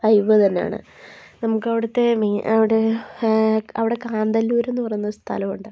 vibe തന്നെ ആണ് നമുക്ക് അവിടുത്തെ മെയ്ൻ അവിടെ അവിടെ കാന്തല്ലൂരെന്ന് പറയുന്ന ഒരു സ്ഥലമുണ്ട്